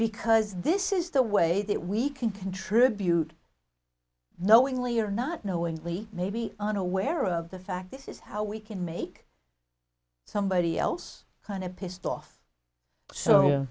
because this is the way that we can contribute knowingly or not knowingly maybe unaware of the fact this is how we can make somebody else kind of pissed off so